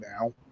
now